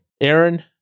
Aaron